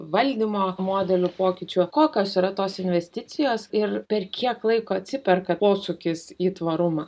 valdymo modelių pokyčių kokios yra tos investicijos ir per kiek laiko atsiperka posūkis į tvarumą